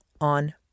on